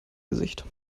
gesicht